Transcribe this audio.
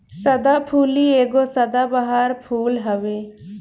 सदाफुली एगो सदाबहार फूल हवे